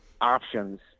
options